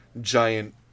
giant